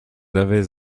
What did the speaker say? avez